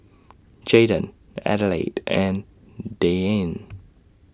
Jaden Adelaide and Deane